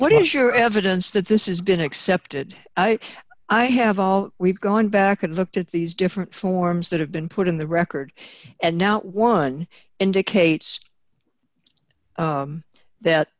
what is your evidence that this is been accepted i have we've gone back and looked at these different forms that have been put in the record and now one indicates that